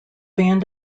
band